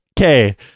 Okay